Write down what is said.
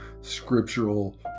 scriptural